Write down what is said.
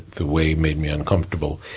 the whey made me uncomfortable,